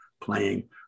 playing